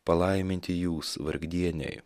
palaiminti jūs vargdieniai